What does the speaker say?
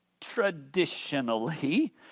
traditionally